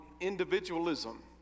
individualism